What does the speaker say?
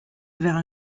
vers